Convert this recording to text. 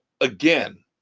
again